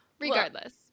Regardless